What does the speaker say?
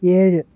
ഏഴ്